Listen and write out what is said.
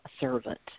servant